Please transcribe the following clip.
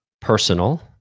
personal